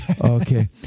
okay